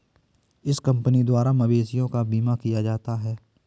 इस कंपनी द्वारा मवेशियों का बीमा किया जाता है